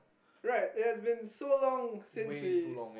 right it has been so long since we